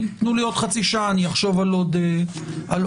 תנו לי עוד חצי שעה ואני אחשוב על עוד דוגמאות.